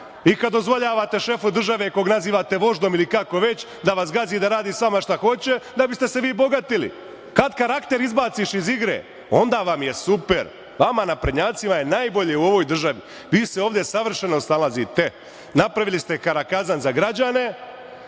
i kad dozvoljavate šefu države, koga nazivate voždom ili kako već, da vas gazi i da radi sa vama šta hoće, da biste se vi bogatili. Kad karakter izbaciš iz igre, onda vam je super. Vama naprednjacima je najbolje u ovoj državi. Vi se ovde savršeno snalazite. Napravili ste karakazan za građane.